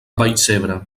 vallcebre